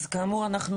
אז כאמור,